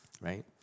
right